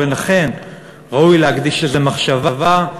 ולכן ראוי להקדיש לזה מחשבה,